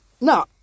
Now